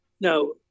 No